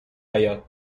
حیاط